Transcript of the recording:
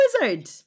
Wizard